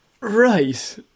Right